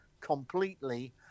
completely